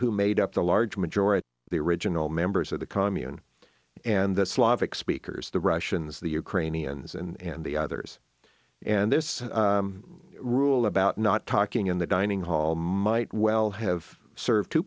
who made up the large majority the original members of the commune and the slavic speakers the russians the ukrainians and the others and this rule about not talking in the dining hall might well have served t